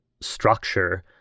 structure